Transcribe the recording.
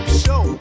show